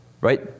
right